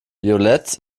violett